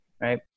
right